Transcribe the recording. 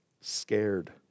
scared